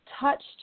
touched